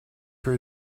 peu